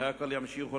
אברכי הכולל ימשיכו